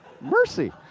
Mercy